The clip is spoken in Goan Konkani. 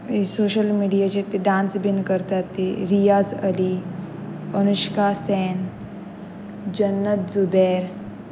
सोशल मिडियाचेर ते डांस बीन करतात ते रियाज अली अनुश्का सेन जन्नत झुबेर